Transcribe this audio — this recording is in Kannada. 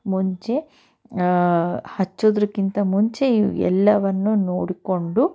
ಮುಂಚೆ ಹಚ್ಚುದ್ರಕ್ಕಿಂತ ಮುಂಚೆ ಎಲ್ಲವನ್ನು ನೋಡಿಕೊಂಡು